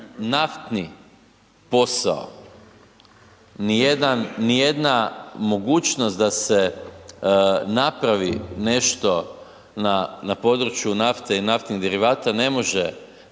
naftni posao, ni jedna mogućnost da se napravi nešto na području nafte i naftnih derivata ne može,